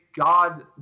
God